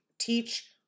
teach